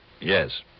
Yes